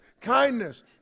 kindness